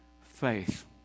faith